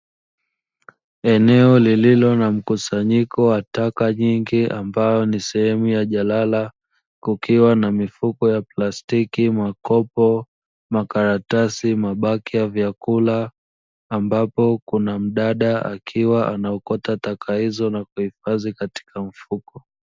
Eneo lililo na mkusanyiko wa taka nyingi ambayo ni sehemu ya jalala kukiwa na mifuko ya plastiki, makopo, makaratasi, mabaki ya vyakula, ambapo kuna mdada akiwa anaokota taka hizo na kuihifadhi katika mfuko.